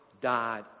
died